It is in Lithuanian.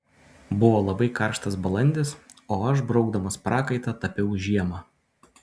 buvo labai karštas balandis o aš braukdamas prakaitą tapiau žiemą